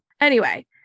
Anyway-